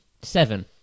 Seven